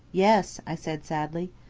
yes, i said sadly.